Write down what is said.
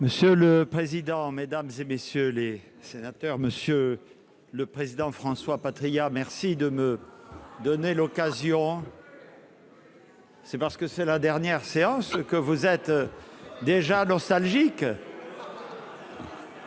Monsieur le président, Mesdames et messieurs les sénateurs, Monsieur le président, François Patriat, merci de me donner l'occasion. C'est parce que c'est la dernière séance, ce que vous êtes déjà dans sa logique.